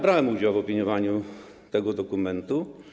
Brałem udział w opiniowaniu tego dokumentu.